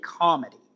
comedy